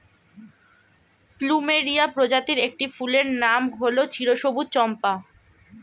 plumeria প্রজাতির একটি ফুলের নাম হল চিরসবুজ চম্পা